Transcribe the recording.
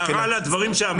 הערה לדברים שאמרת.